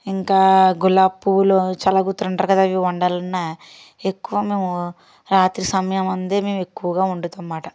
ఇంకా గులాబ్పూలు చల్లగుత్తులు అంటారు కదా అవి వండాలన్నా ఎక్కువ మేము రాత్రి సమయం అందు మేము ఎక్కువగా వండుతాం అన్నమాట